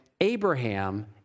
Abraham